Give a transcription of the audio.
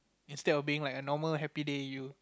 instead of being like a normal happy day you